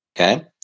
Okay